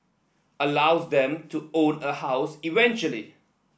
allows them to own a house eventually